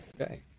Okay